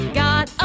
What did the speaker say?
got